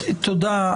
תודה.